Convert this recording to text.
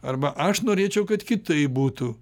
arba aš norėčiau kad kitaip būtų